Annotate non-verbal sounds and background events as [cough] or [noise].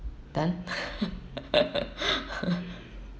done [laughs]